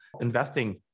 investing